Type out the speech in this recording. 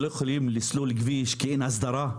שלא יכולים לסלול כביש כי אין הסדרה.